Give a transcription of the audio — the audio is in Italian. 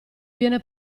viene